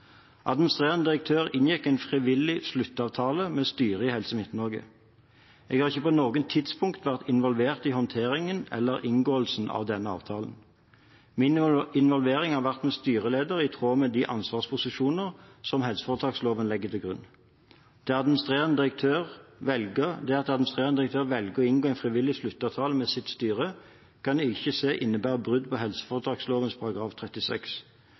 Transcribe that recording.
Administrerende direktør inngikk en frivillig sluttavtale med styret i Helse Midt-Norge. Jeg har ikke på noe tidspunkt vært involvert i håndteringen eller inngåelsen av denne avtalen. Min involvering har vært med styreleder, i tråd med de ansvarsposisjoner som helseforetaksloven legger til grunn. Det at administrerende direktør velger å inngå en frivillig sluttavtale med sitt styre, kan jeg ikke se innebærer brudd på helseforetaksloven § 36.